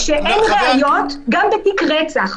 גם בתיק רצח,